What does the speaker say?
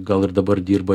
gal ir dabar dirba